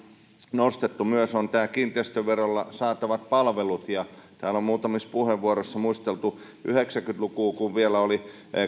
nostettu on kiinteistöverolla saatavat palvelut täällä on muutamissa puheenvuoroissa muisteltu yhdeksänkymmentä lukua kun vielä oli